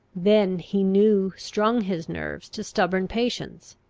then he new strung his nerves to stubborn patience.